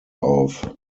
auf